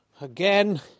again